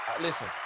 Listen